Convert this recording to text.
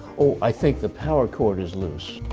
oh, i think the power chord is loose.